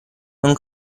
non